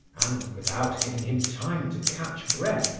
and, without giving him time to catch breath,